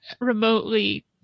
remotely